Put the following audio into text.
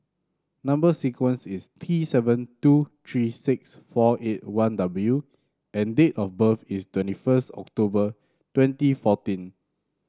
number sequence is T seven two three six four eight one W and date of birth is twenty first October twenty fourteen